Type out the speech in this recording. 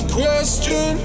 question